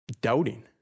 doubting